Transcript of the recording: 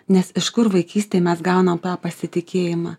nes iš kur vaikystėj mes gaunam tą pasitikėjimą